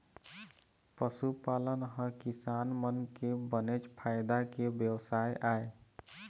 पशुपालन ह किसान मन के बनेच फायदा के बेवसाय आय